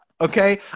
Okay